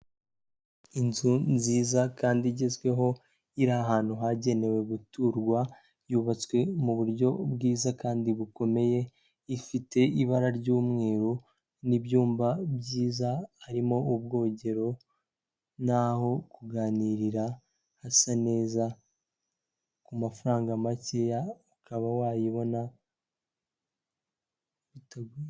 Inzu nziza kandi igezweho iri ahantu hagenewe guturwa, yubatswe mu buryo bwiza kandi bukomeye, ifite ibara ry'umweru n'ibyumba byiza harimo ubwogero naho kuganirira hasa neza, ku mafaranga make ukaba wayibona itaguhenze.